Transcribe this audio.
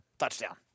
Touchdown